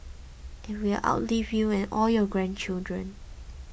and will outlive you and all your grandchildren